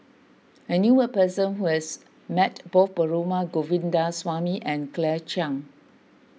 I knew a person who has met both Perumal Govindaswamy and Claire Chiang